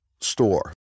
store